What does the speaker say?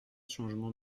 changement